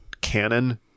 canon